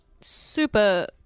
super